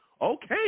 Okay